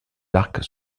arcs